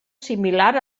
similar